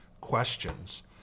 questions